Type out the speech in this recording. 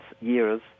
years